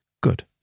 Good